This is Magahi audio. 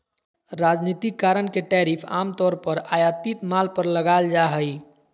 राजनीतिक कारण से टैरिफ आम तौर पर आयातित माल पर लगाल जा हइ